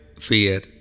Fear